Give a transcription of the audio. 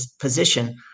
position